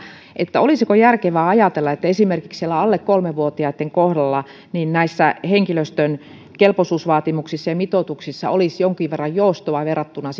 olisiko järkevää ajatella että esimerkiksi alle kolme vuotiaitten kohdalla henkilöstön kelpoisuusvaatimuksissa ja mitoituksissa olisi jonkin verran joustoa verrattuna